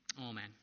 Amen